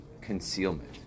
concealment